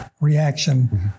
reaction